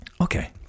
okay